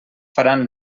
faran